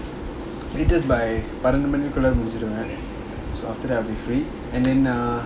so I'll be done latest by பனிரெண்டுமணிக்குள்ளமுடிச்சிடுவேன்:panirendu manikulla mudichiduven so after that I'll be free and then err